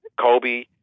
Kobe